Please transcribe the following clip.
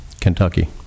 Kentucky